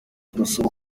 turasaba